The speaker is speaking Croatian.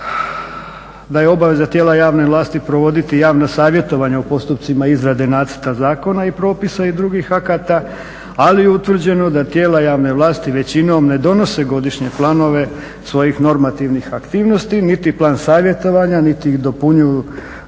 da je obaveza tijela javne vlasti provoditi javna savjetovanja u postupcima izrade nacrta zakona, propisa i drugih akata ali je utvrđeno da tijela javne vlasti većinom ne donose godišnje planove svojih normativnih aktivnosti niti plan savjetovanja, niti ih dopunjuju